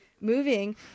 moving